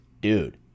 Dude